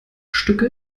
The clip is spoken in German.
stücke